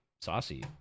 saucy